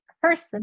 person